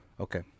Okay